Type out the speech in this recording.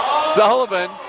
Sullivan